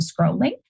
scrolling